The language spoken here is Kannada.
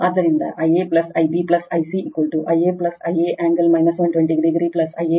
ಆದ್ದರಿಂದ I a I b I c I a I a angle 120 o I a ಕೋನ 0